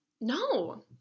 No